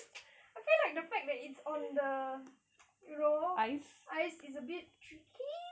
I feel like the fact that it's on the you know ice it's a bit tricky